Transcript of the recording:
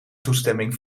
toestemming